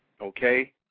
okay